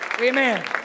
Amen